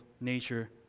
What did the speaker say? nature